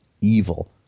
evil